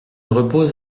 repose